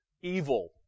evil